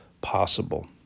possible